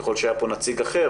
ככל שהיה פה נציג אחר,